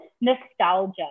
nostalgia